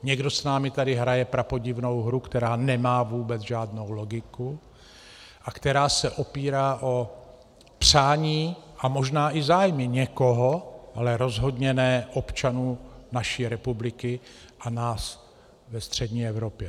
Někdo s námi tady hraje prapodivnou hru, která nemá vůbec žádnou logiku a která se opírá o přání a možná i zájmy někoho, ale rozhodně ne občanů naší republiky a nás ve střední Evropě.